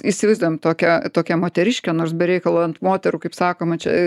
įsivaizduojam tokią tokią moteriškę nors be reikalo ant moterų kaip sakoma čia